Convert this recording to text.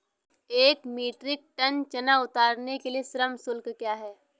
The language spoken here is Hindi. एक मीट्रिक टन चना उतारने के लिए श्रम शुल्क क्या है?